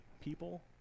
people